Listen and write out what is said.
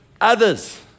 others